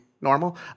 Normal